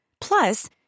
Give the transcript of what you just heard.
Plus